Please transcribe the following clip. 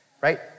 right